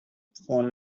phone